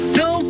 no